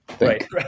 Right